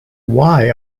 why